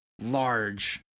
large